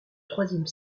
troisième